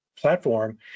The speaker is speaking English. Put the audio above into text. platform